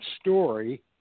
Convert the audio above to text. story